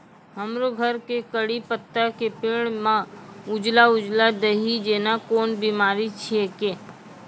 हमरो घर के कढ़ी पत्ता के पेड़ म उजला उजला दही जेना कोन बिमारी छेकै?